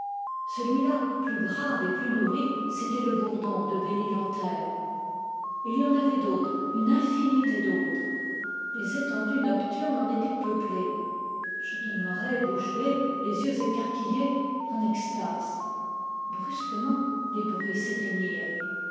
celui-là plus grave et plus nourri c'était le bourdon de belle isle enterre et il y en avait d'autres une infinité d'autres les étendues nocturnes en étaient peuplées je demeurais bouche bée les yeux écarquillés en extase brusquement les bruits